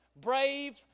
brave